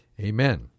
amen